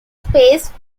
space